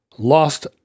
lost